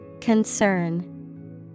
Concern